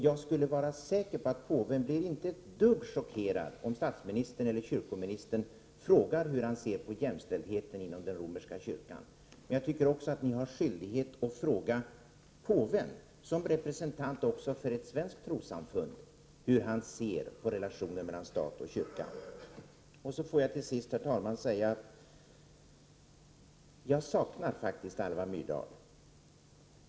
Jag är säker på att påven inte blir ett dugg chockerad om statsministern eller kyrkoministern frågar hur han ser på jämställdheten inom den romerska kyrkan. Men jag tycker också att ni har skyldighet att fråga påven såsom representant även för ett svenskt trossamfund hur han ser på relationen mellan stat och kyrka. Till sist får jag, herr talman, säga att jag faktiskt saknar Alva Myrdal.